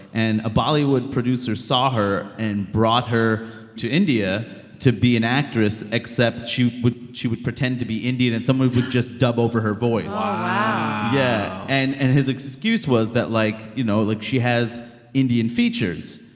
and a bollywood producer saw her and brought her to india to be an actress, except she would she would pretend to be indian, and someone would just dub over her voice oh, wow wow yeah. and and his excuse was that like, you know, like, she has indian features,